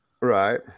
Right